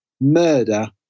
murder